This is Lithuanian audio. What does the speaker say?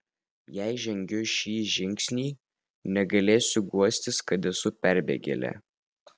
jei žengsiu šį žingsnį negalėsiu guostis kad esu perbėgėlė